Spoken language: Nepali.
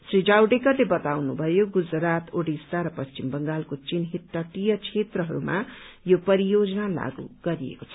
श्री जावड़ेकरले बताउनु भयो गुजरात ओडिसा र पश्चिम बंगालको चिन्हित तटीय क्षेत्रहरूमा यो परियोजना लागू गरिएको छ